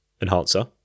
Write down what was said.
enhancer